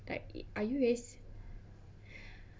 like are you is